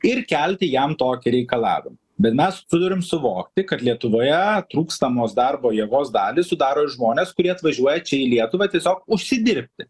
ir kelti jam tokį reikalavimą bet mes turim suvokti kad lietuvoje trūkstamos darbo jėgos dalį sudaro žmonės kurie atvažiuoja čia į lietuvą tiesiog užsidirbti